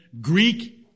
Greek